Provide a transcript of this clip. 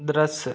दृश्य